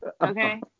Okay